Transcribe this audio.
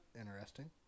Interesting